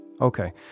okay